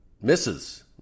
misses